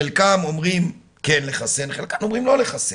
חלקם אומרים כן לחסן, חלקם אומרים לא לחסן.